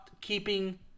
keeping